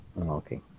Okay